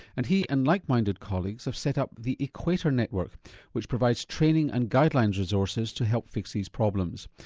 and he and like-minded colleagues have set up the equator network which provides training and guidelines resources to help fix these problems.